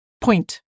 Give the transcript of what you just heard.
point